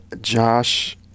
Josh